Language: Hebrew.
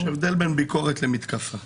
יש הבדל בין ביקורת למתקפה.